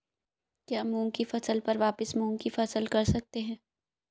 क्या मूंग की फसल पर वापिस मूंग की फसल कर सकते हैं?